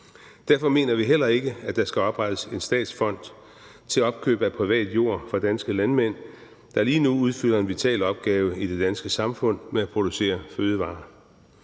Derfor mener vi heller ikke, at der skal oprettes en statsfond til opkøb af privat jord fra danske landmænd, der lige nu udfylder en vital opgave i det danske samfund med at producere fødevarer.